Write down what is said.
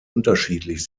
unterschiedlich